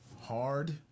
hard